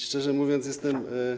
Szczerze mówiąc, jestem.